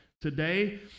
today